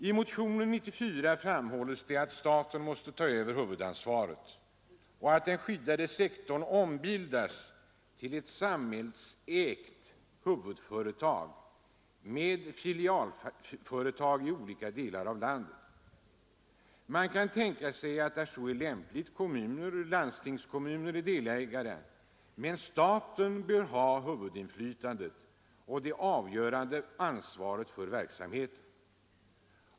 I motionen 94 framhålles att staten måste ta över huvudansvaret och ombilda den skyddade sektorn till ett samhällsägt huvudföretag med filialföretag i olika delar av landet. Man kan tänka sig att där så är lämpligt kommuner och landstingskommuner är delägare, men staten bör ha huvudinflytandet och det avgörande ansvaret för verksamheten.